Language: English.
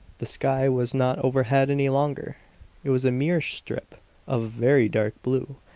the sky was not overhead any longer it was a mere strip of very dark blue,